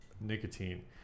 nicotine